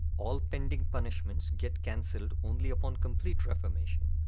all pending punishments get canceled only upon complete reformation.